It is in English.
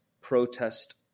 protest